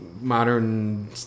modern